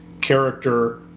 character